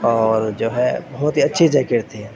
اور جو ہے بہت ہی اچھی جیکٹ تھی